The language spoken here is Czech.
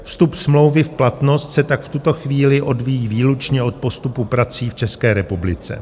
Vstup smlouvy v platnost se tak v tuto chvíli odvíjí výlučně od postupu prací v České republice.